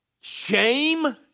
shame